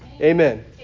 Amen